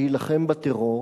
להילחם בטרור.